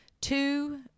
two